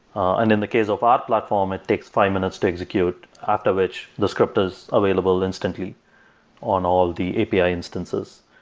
and in the case of our platform, it takes five minutes to execute after which the script is available instantly on all the api instances.